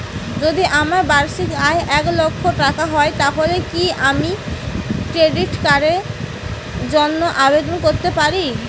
যদি আমার বার্ষিক আয় এক লক্ষ টাকা হয় তাহলে কি আমি ক্রেডিট কার্ডের জন্য আবেদন করতে পারি?